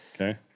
Okay